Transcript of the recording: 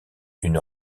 une